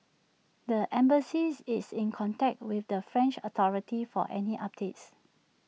the embassies is in contact with the French authorities for any updates